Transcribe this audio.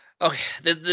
Okay